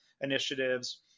initiatives